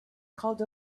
called